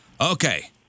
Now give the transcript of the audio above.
Okay